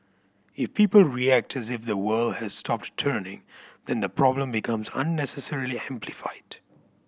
if people react as if the world has stopped turning then the problem becomes unnecessarily amplified